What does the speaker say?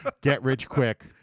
get-rich-quick